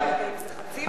זה חצי משרה, שליש משרה.